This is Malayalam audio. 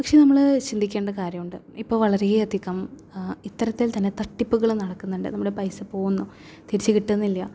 പക്ഷെ നമ്മൾ ചിന്തിക്കേണ്ട കാര്യമുണ്ട് ഇപ്പോൾ വളരെയധികം ഇത്തരത്തിൽ തന്നെ തട്ടിപ്പുകൾ നടക്കുന്നുണ്ട് നമ്മളുടെ പൈസ പോകുന്നു തിരിച്ച് കിട്ടുന്നില്ല